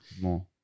more